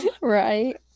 Right